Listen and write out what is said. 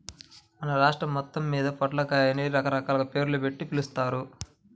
మన రాష్ట్రం మొత్తమ్మీద పొట్లకాయని రకరకాల పేర్లుబెట్టి పిలుస్తారు